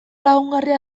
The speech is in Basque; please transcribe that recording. lagungarria